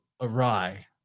awry